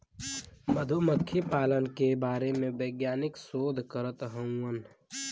मधुमक्खी पालन के बारे में वैज्ञानिक शोध करत हउवन